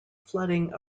flooding